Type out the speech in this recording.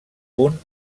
punt